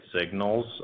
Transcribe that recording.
signals